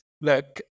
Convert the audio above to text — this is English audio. look